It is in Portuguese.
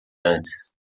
antes